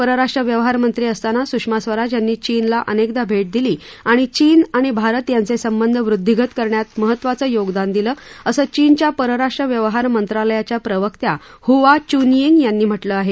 परराष्ट्र व्यवहारमंत्री असताना सुषमा स्वराज यांनी चीनला अनेकदा भेट दिली आणि चीन आणि भारत यांचे संबंध वृद्धिंगत करण्यात महत्वाचं योगदानं दिलं असं चीनच्या परराष्ट्र व्यवहार मंत्रालयाच्या प्रवक्त्या हुआ चुनयिंग यांनी म्हटलं आहे